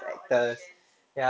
ah auditions so